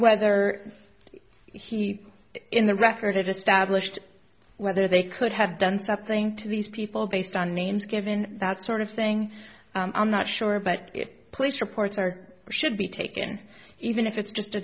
whether he in the record established whether they could have done something to these people based on names given that sort of thing i'm not sure but it police reports are or should be taken even if it's just a